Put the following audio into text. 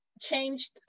changed